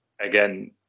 again